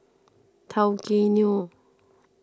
Tao Kae Noi